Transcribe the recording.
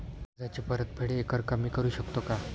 कर्जाची परतफेड एकरकमी करू शकतो का?